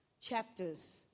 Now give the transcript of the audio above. chapters